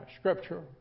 scripture